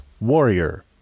Warrior